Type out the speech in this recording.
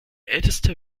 älteste